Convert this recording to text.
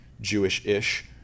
Jewish-ish